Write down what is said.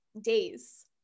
days